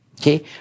Okay